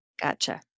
Gotcha